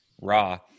raw